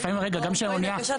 לא, מועד הגשת